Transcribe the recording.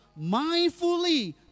mindfully